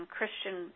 Christian